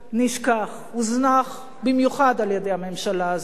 נשכח, הוזנח, במיוחד על-ידי הממשלה הזאת.